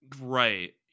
Right